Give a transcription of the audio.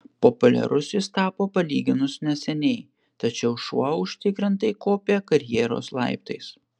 populiarus jis tapo palyginus neseniai tačiau šuo užtikrintai kopia karjeros laiptais